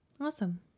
awesome